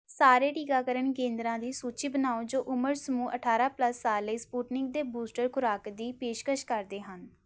ਸਾਰੇ ਟੀਕਾਕਰਨ ਕੇਂਦਰਾਂ ਦੀ ਸੂਚੀ ਬਣਾਓ ਜੋ ਉਮਰ ਸਮੂਹ ਅਠਾਰਾਂ ਪਲੱਸ ਸਾਲ ਲਈ ਸਪੁਟਨਿਕ ਦੇ ਬੂਸਟਰ ਖੁਰਾਕ ਦੀ ਪੇਸ਼ਕਸ਼ ਕਰਦੇ ਹਨ